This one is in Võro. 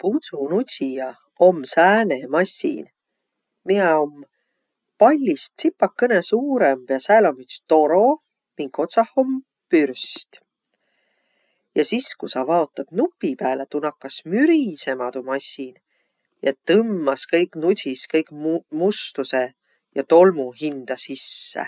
Pudsunudsija om sääne massin, miä om pallist tsipakõnõ suurõmb ja sääl om üts toro, mink otsah om pürst. Ja sis, ku sa vaotat nupi pääle, tuu nakkas mürisemä tuu massin ja tõmmas kõik, nudsis kõik mu- mustusõ ja tolmu hindä sisse.